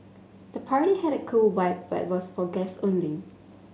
the party had a cool vibe but was for guests only